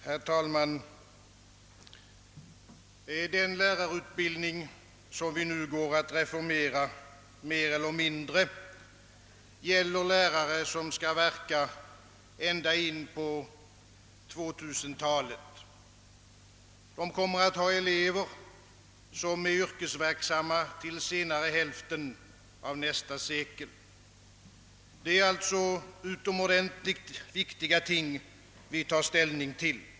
Herr talman! Den lärarutbildning, som vi nu går att mer eller mindre reformera, gäller lärare som skall verka ända in på 2000-talet. De kommer att ha elever, som är yrkesverksamma till senare hälften av nästa sekel. Det är alltså utomordentligt viktiga ting vi tar ställning till.